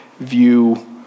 view